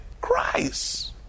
Christ